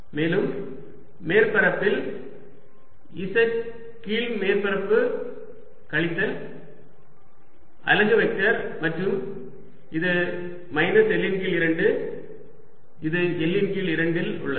மேலும் மேல் மேற்பரப்பில் z கீழ் மேற்பரப்பு கழித்தல் அலகு வெக்டர் மற்றும் இது மைனஸ் L இன் கீழ் 2 இது L இன் கீழ் 2 இல் உள்ளது